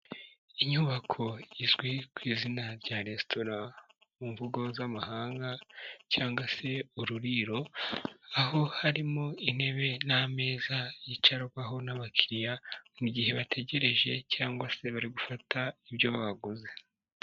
Inyubako izwi ku izina rya resitora mu mvugo z'amahanga cyangwa se ururiro, aho harimo intebe n'ameza yicarwaho n'abakiriya mu gihe bategereje cyangwa se bari gufata ibyo baguze.